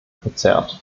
verzerrt